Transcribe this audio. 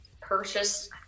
purchase